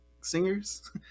singers